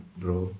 bro